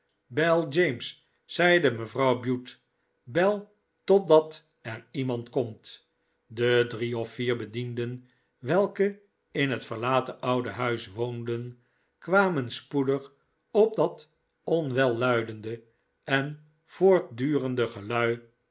bel james zeide mevrouw bute bel totdat er iemand komt de drie of vicr bedienden welke in het verlaten oude huis woonden kwamen spoedig op dat onwelluidende en voortdurende gelui